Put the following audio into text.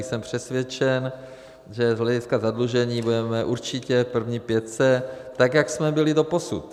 Jsem přesvědčen, že z hlediska zadlužení budeme určitě v první pětce, tak jak jsme byli doposud.